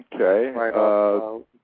Okay